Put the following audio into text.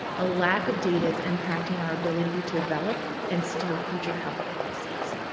a lack of data is impacting our ability to develop and steer future health policies.